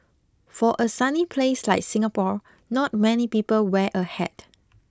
for a sunny place like Singapore not many people wear a hat